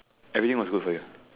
everything was good for you ah